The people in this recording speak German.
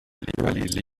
galileo